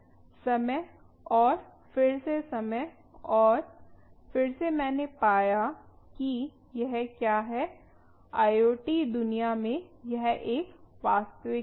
समय और फिर से समय और फिर से मैंने पाया कि यह क्या है IoT दुनिया में यह एक वास्तविकता है